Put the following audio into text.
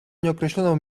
nieokreśloną